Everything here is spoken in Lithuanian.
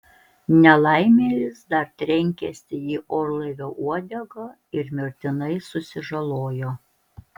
nelaimėlis dar trenkėsi į orlaivio uodegą ir mirtinai susižalojo